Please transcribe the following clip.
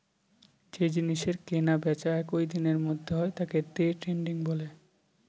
যে জিনিসের কেনা বেচা একই দিনের মধ্যে হয় তাকে দে ট্রেডিং বলে